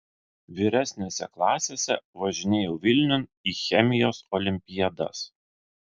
vyresnėse klasėse važinėjau vilniun į chemijos olimpiadas